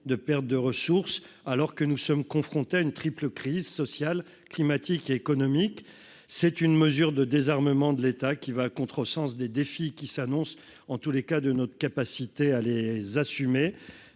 de pertes de ressources alors que nous sommes confrontés à une triple crise sociale climatiques et économiques, c'est une mesure de désarmement de l'État qui va à contresens des défis qui s'annoncent en tous les cas de notre capacité à les assumer